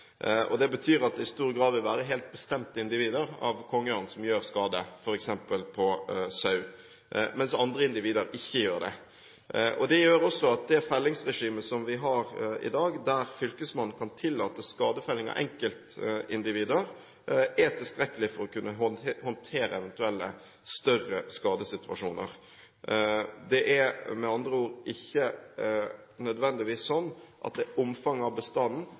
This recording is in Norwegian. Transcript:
Det betyr at det i stor grad vil være helt bestemte individer av kongeørn som gjør skade f.eks. på sau, mens andre individer ikke gjør det. Det gjør også at det fellingsregimet som vi har i dag, der fylkesmannen kan tillate skadefelling av enkeltindivider, er tilstrekkelig for å kunne håndtere eventuelle større skadesituasjoner. Det er med andre ord ikke nødvendigvis slik at det er omfanget av bestanden,